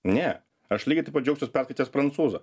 ne aš lygiai taip pat džiaugsiuos perskaitęs prancūzą